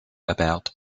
about